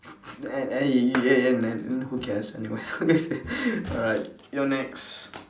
and and he and who cares anyway alright you're next